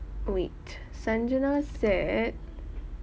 wait sagita said